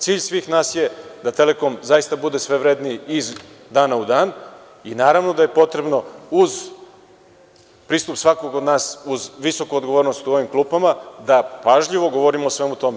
Cilj svih nas je da „Telekom“ bude sve vredniji iz dana u dan i, naravno, da je potrebno, uz pristup svakog od nas, uz visoku odgovornost u ovim klupama, da pažljivo govorimo o svemu tome.